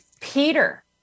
Peter